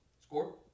Score